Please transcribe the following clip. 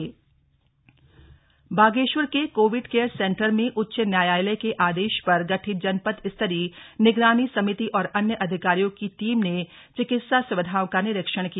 Covid centre निरीक्षण बागेश्वर के Covid care centre में उच्च न्यायालय के आदेश पर गठित जनपद स्तरीय निगरानी समिति और अन्य अधिकारियों की टीम ने चिकित्सा स्विधाओं का निरीक्षण किया